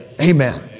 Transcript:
Amen